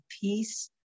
peace